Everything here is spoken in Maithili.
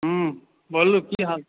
हूँ बोलू की हाल